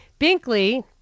Binkley